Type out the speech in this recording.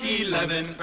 Eleven